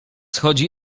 chodzi